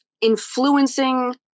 influencing